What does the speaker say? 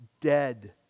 dead